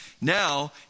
Now